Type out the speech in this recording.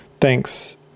Thanks